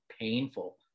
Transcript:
painful